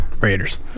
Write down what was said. Raiders